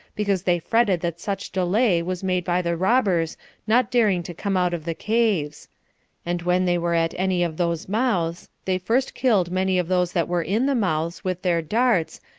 because they fretted that such delay was made by the robbers not daring to come out of the caves and when they were at any of those mouths, they first killed many of those that were in the mouths with their darts,